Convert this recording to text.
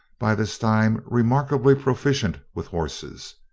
by this time remarkably proficient with horses.